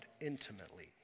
intimately